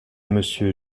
monsieur